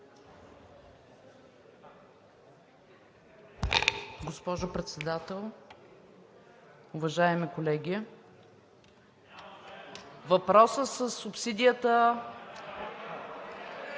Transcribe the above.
Госпожо Председател, уважаеми колеги! Въпросът със субсидията